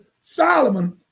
Solomon